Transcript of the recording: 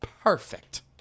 perfect